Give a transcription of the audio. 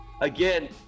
again